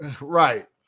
Right